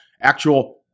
actual